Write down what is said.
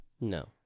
No